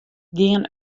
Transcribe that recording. gean